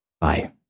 Bye